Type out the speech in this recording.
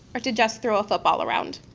or to just throw a football around.